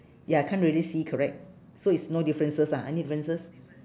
ya can't really see correct so is no differences lah any differences